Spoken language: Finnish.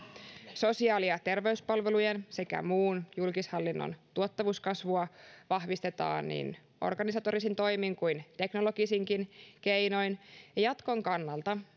sosiaali ja terveyspalvelujen sekä muun julkishallinnon tuottavuuskasvua vahvistetaan niin organisatorisin toimin kuin teknologisinkin keinoin ja jatkon kannalta